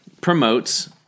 promotes